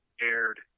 aired